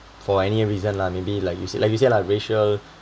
for any reason lah maybe like you say like you say lah racial